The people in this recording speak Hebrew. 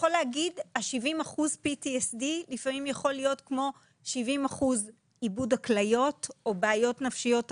70% PTSD יכול להיות כמו 70% מאיבוד הכליות או מבעיות נפשיות אחרות.